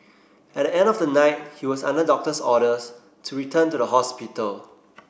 at the end of the night he was under doctor's orders to return to the hospital